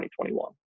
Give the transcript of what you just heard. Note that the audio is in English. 2021